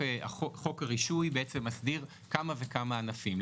חוק הרישוי מסדיר כמה וכמה ענפים.